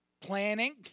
planning